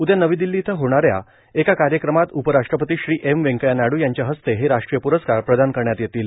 उद्या नवी दिल्ली इथं होणाऱ्या एका कार्यक्रमात उपराष्ट्रपती श्री एम व्यंकय्या नायडू यांच्या हस्ते हे राष्ट्रीय पुरस्कार प्रदान करण्यात येतील